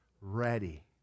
Ready